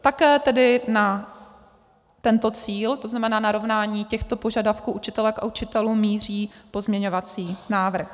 Také tedy na tento cíl, to znamená narovnání těchto požadavků učitelek a učitelů, míří pozměňovací návrh.